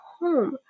home